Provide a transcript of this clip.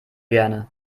gerne